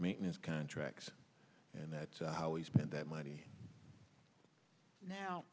maintenance contracts and that's how we spend that money now